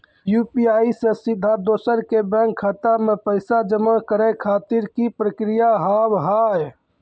UPI से सीधा दोसर के बैंक खाता मे पैसा जमा करे खातिर की प्रक्रिया हाव हाय?